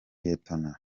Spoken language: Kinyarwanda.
lieutenant